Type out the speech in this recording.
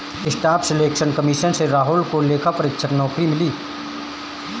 staff selection commission से राहुल को लेखा परीक्षक नौकरी मिली